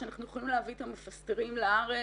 כך שאנחנו יכולים להביא את המפסטרים לארץ.